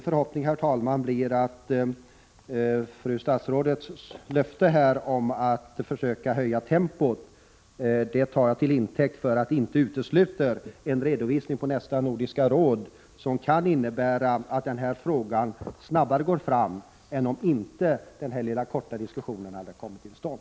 Fru statsrådets löfte om att försöka höja tempot uppfattar jag så att det inte utesluter en redovisning till Nordiska rådets nästa session. Det är min förhoppning att arbetet kommer att gå snabbare än om den här lilla diskussionen inte hade kommit till stånd.